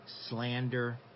slander